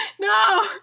no